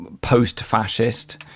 post-fascist